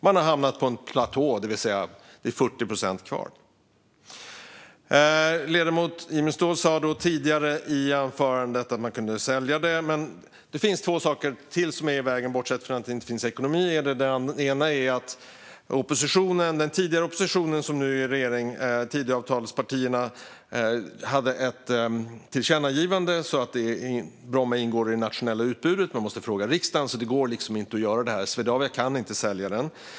Man har hamnat på en platå där 40 procent är kvar. Ledamoten Jimmy Ståhl sa som sagt att man kan sälja Bromma, men det står ytterligare två saker i vägen för det. För det första gjorde den tidigare oppositionen, numera Tidöavtalspartierna, ett tillkännagivande så att Bromma nu ingår i det nationella utbudet. Riksdagen måste alltså tillfrågas, vilket betyder att Swedavia inte bara kan sälja.